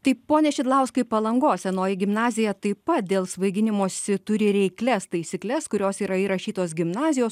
tai pone šidlauskai palangos senoji gimnazija taip pat dėl svaiginimosi turi reiklias taisykles kurios yra įrašytos gimnazijos